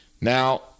Now